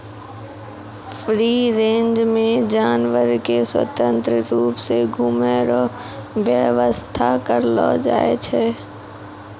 free range मे जानवर के स्वतंत्र रुप से घुमै रो व्याबस्था करलो जाय छै